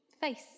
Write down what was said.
Face